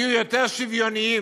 יהיו יותר שוויוניים,